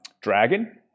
Dragon